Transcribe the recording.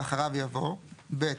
ואחריו יבוא: "(ב)